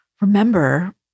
Remember